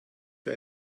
für